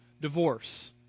divorce